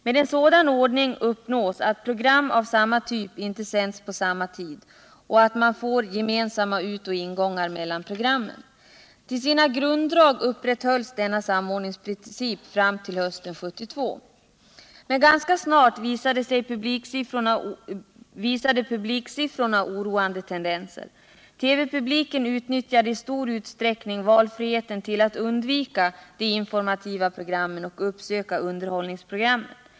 Med en sådan ordning uppnås att program av samma typ inte sänds på samma tid samt att man får gemensamma utoch ingångar mellan programmen. Till sina grunddrag upprätthölls denna samordningsprincip fram till hösten 1972. Men ganska snart visade publiksiffrorna oroande tendenser. TV publiken utnyttjade i stor utsträckning valfriheten till att undvika de informativa programmen och uppsöka underhållningsprogrammen.